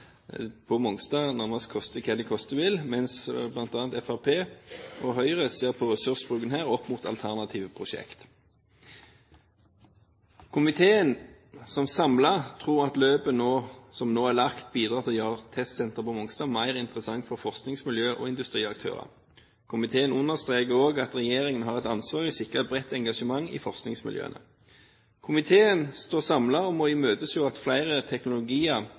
mens bl.a. Fremskrittspartiet og Høyre ser på ressursbruken her opp mot alternative prosjekter. Komiteen tror at løpet som nå er lagt, bidrar til å gjøre testsenteret på Mongstad mer interessant for forskningsmiljøer og industriaktører. Komiteen understreker også at regjeringen har et ansvar for å sikre et bredt engasjement i forskningsmiljøene. Komiteen står samlet om å imøtese at flere teknologier